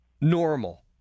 normal